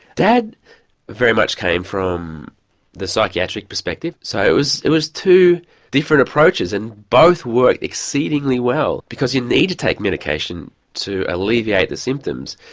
dad very much came from the psychiatric perspective, so it was it was two different approaches and both worked exceedingly well, because you need to take medication to alleviate the symptoms.